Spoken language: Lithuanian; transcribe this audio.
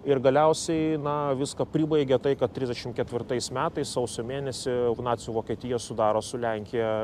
ir galiausiai na viską pribaigė tai kad trisdešimt ketvirtais metais sausio mėnesio nacių vokietija sudaro su lenkija